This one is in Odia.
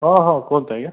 ହଁ ହଁ କୁହନ୍ତୁ ଆଜ୍ଞା